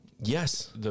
Yes